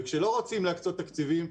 וכשלא רוצים להקצות תקציבים,